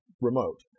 remote